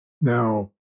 Now